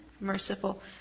merciful